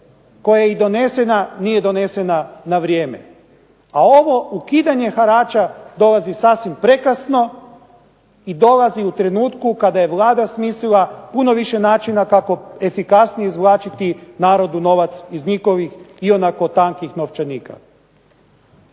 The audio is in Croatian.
koja je donesena nije donesena na vrijeme. A ovo ukidanje harača dolazi sasvim prekasno i dolazi u trenutku kada je Vlada smislila puno više načina kako efikasnije izvlačiti narodu novac iz njihovih ionako tankih novčanika.